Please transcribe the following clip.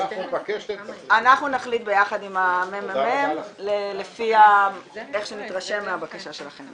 אנחנו נחליט יחד עם הממ"מ לפי איך שנתרשם מהבקשה שלכם.